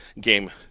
game